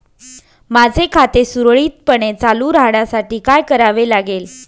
माझे खाते सुरळीतपणे चालू राहण्यासाठी काय करावे लागेल?